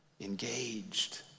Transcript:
engaged